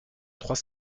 trois